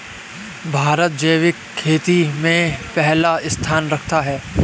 भारत जैविक खेती में पहला स्थान रखता है